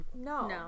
No